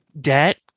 debt